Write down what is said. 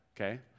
okay